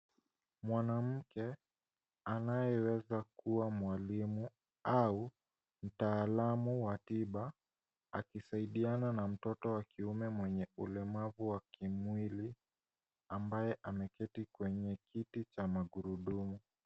Mwanamke anayeweza kuwa mwalimu au mtaalamu wa tiba akisaidiana na mtoto wa kiume mwenye ulimavu wa kimwili ambaye ameketi kwenye kiti cha magurudumu.